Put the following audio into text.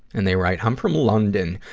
and they write, i'm from london,